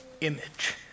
image